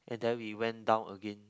and then we went down again